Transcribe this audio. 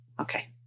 Okay